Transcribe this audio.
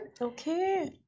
Okay